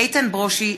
איתן ברושי,